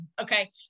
Okay